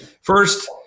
First